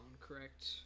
correct